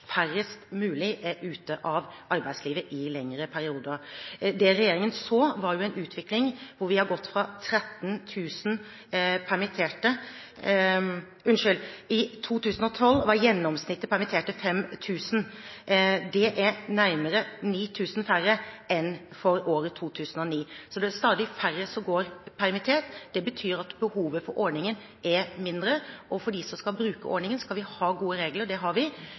færrest mulig er ute av arbeidslivet i lengre perioder. I 2012 var gjennomsnittet av permitterte 5 000. Det er nærmere 9 000 færre enn for året 2009. Så det blir stadig færre som går permittert, og det betyr at behovet for ordningen er mindre. For dem som skal bruke ordningen, skal vi ha gode regler, og det har vi,